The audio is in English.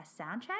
soundtrack